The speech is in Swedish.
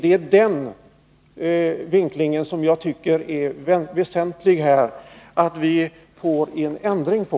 Det är det sättet att resonera och handla som jag tycker att det är väsentligt att vi får en ändring på.